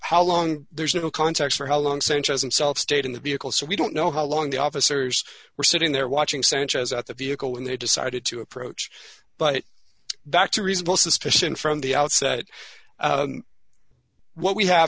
how long there's no context for how long sanchez themself stayed in the vehicle so we don't know how long the officers were sitting there watching sanchez at the vehicle when they decided to approach but back to reasonable suspicion from the outset what we have